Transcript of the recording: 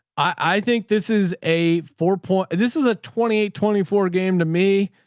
i think this is a four point. this is a twenty eight, twenty four game to me,